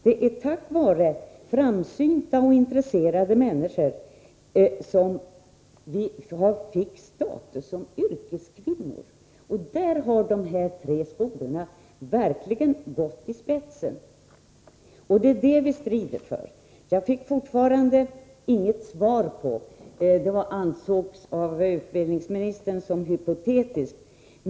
Det är tack vare framsynta och intresserade människor som sjuksköterskorna fått status som yrkeskvinnor, och där har dessa tre skolor verkligen gått i spetsen. Det är därför vi strider för dem. Jag fick inget svar på min fråga — den ansågs av utbildningsministern som hypotetisk.